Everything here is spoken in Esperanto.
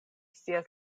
scias